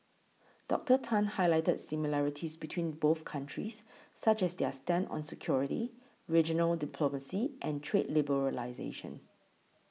Doctor Tan highlighted similarities between both countries such as their stand on security regional diplomacy and trade liberalisation